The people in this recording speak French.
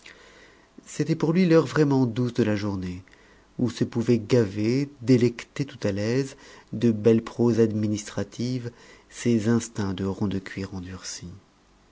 c'était pour lui l'heure vraiment douce de la journée où se pouvaient gaver délecter tout à l'aise de belle prose administrative ses instincts de rond de cuir endurci